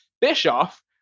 Bischoff